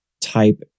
type